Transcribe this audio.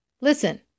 Listen